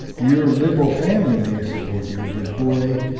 your liberal family may support you, but boy,